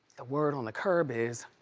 the word on the curb is